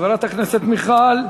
חברת הכנסת מיכל,